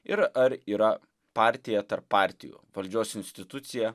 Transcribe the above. ir ar yra partija tarp partijų valdžios institucija